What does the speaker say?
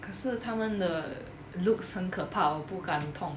可是他们的 looks 很可怕我不敢动